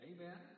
Amen